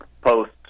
Post